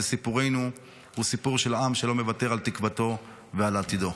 וסיפורנו הוא סיפור של עם שלא מוותר על תקוותו ועל עתידו.